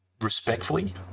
respectfully